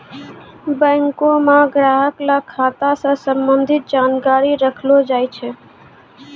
बैंको म ग्राहक ल खाता स संबंधित जानकारी रखलो जाय छै